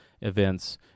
events